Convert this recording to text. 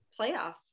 playoff